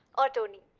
ah tony.